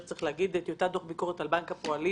הוא טיוטת דוח ביקורת על בנק הפועלים.